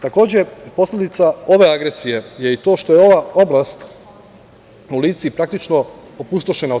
Takođe posledica ove agresije je i to, što je ova oblast u Lici praktično opustošena tada.